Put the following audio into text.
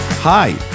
Hi